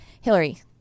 Hillary